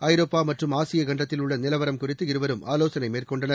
ஐரோப்பாமற்றும் ஆசியகண்டத்தில் உள்ளநிலவரம் குறித்து இருவரும் ஆலோசனைமேற்கொண்டனர்